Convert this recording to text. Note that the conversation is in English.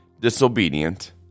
disobedient